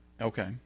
Okay